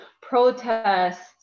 protests